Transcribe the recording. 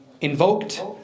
invoked